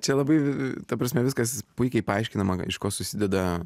čia labai ta prasme viskas puikiai paaiškinama iš ko susideda